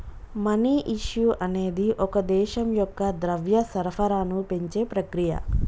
money issue అనేది ఒక దేశం యొక్క ద్రవ్య సరఫరాను పెంచే ప్రక్రియ